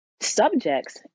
subjects